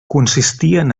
consistien